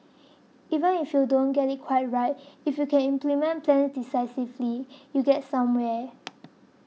even if you don't get it quite right if you can implement plans decisively you get somewhere